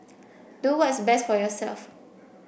do what's best for yourself